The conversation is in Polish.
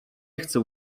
chcę